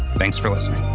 thanks for listening